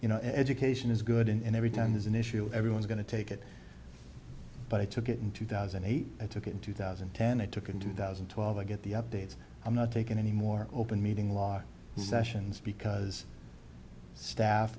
you know education is good and every time there's an issue everyone's going to take it but i took it in two thousand and eight i took in two thousand and ten it took in two thousand and twelve to get the updates i'm not taking any more open meeting law sessions because staff